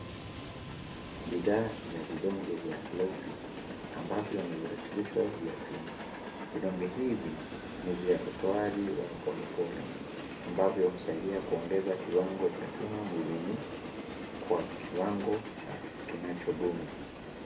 Bidhaa ya vidonge vya SlowFe ambavyo ni virutumbisho vya chuma. Vidonge hivi ni vya utowaji wa polepole ambavyo husaidia kuongeza kiwango cha chuma mwilini kwa kiwango kinachodumu.